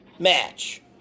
match